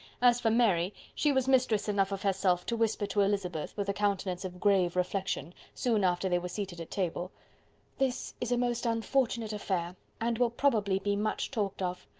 as for mary, she was mistress enough of herself to whisper to elizabeth, with a countenance of grave reflection, soon after they were seated at table this is a most unfortunate affair, and will probably be much talked of.